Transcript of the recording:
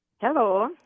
Hello